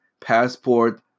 passport